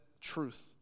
truth